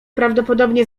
prawdopodobnie